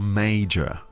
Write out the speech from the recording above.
major